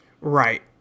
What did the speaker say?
Right